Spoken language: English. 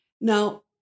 Now